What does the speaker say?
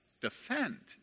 Defend